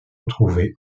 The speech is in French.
retrouvé